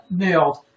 nailed